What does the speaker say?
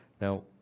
Now